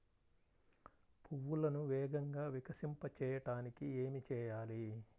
పువ్వులను వేగంగా వికసింపచేయటానికి ఏమి చేయాలి?